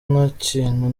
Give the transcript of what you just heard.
ntakintu